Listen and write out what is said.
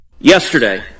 Yesterday